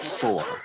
four